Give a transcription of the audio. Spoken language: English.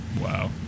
wow